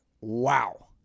wow